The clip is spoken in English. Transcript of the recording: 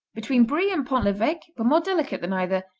between brie and pont l'eveque but more delicate than either,